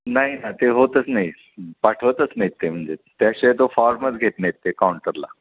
नाही ना ते होतच नाही पाठवतच नाहीत ते म्हणजे त्याशिवाय तो फॉर्मच घेत नाहीत ते काउंटरला